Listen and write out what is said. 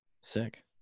sick